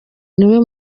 niwe